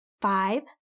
five